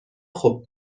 خوب